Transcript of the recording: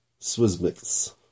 Swissmix